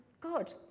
God